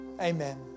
Amen